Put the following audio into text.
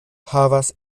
havas